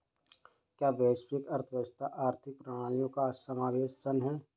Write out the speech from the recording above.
क्या वैश्विक अर्थव्यवस्था आर्थिक प्रणालियों का समावेशन है?